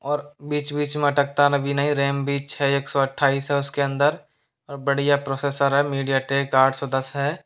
और बीच बीच में अटकता न भी नहीं रैम भी छः एक सौ अठाईस है उसके अंदर और बढ़िया प्रोसेसर है मीडियाटेक आठ सौ दस है